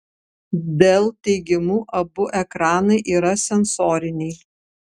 dell teigimu abu ekranai yra sensoriniai